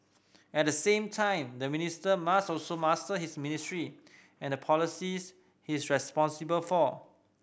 at the same time the minister must also master his ministry and the policies is responsible for